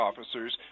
officers